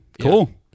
Cool